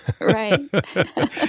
Right